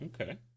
Okay